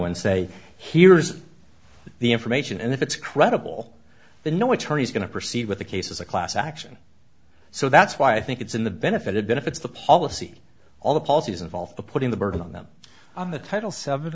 and say here's the information and if it's credible the know what tourney's going to proceed with the case is a class action so that's why i think it's in the benefit it benefits the policy all the policies involved the putting the burden on them on the title seven